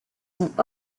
sont